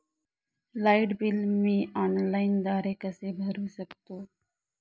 Light bill मी ऑनलाईनद्वारे कसे भरु शकतो?